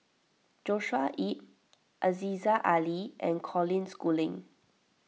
Joshua Ip Aziza Ali and Colin Schooling